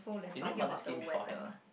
the new mother scheme beforehand